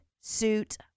suit